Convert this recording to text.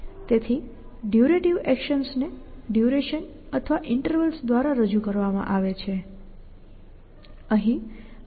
તેથી durative actions ને duration અથવા ઈન્ટર્વલ્સ દ્વારા રજૂ કરવામાં આવે છે